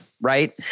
Right